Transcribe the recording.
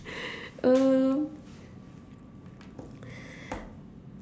um